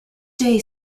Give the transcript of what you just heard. day